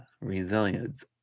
Resilience